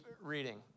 reading